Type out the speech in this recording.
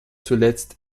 zuletzt